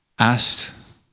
asked